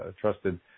trusted